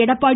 Edappadi